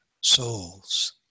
souls